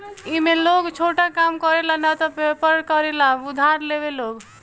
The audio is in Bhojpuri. ए में लोग छोटा काम करे ला न त वयपर करे ला उधार लेवेला लोग